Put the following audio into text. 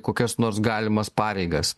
kokias nors galimas pareigas